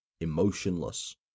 emotionless